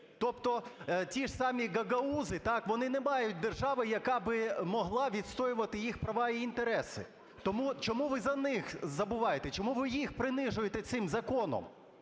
Тобто ті ж самі гагаузи, так, вони не мають держави, яка би могла відстоювати їх права і інтереси. Тому чому ви за них забуваєте? Чому ви їх принижуєте цим законом?